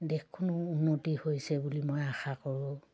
দেশখনৰো উন্নতি হৈছে বুলি মই আশা কৰোঁ